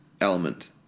element